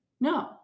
No